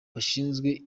bashinzwe